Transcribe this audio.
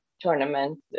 tournament